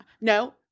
No